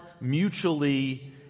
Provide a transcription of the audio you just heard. mutually